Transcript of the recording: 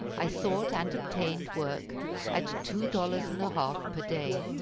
i sought and obtained work at two dollars and a half per day.